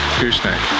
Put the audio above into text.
gooseneck